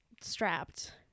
strapped